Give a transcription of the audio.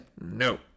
No